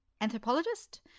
anthropologist